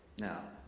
now,